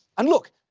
and look,